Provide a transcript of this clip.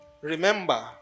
Remember